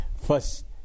First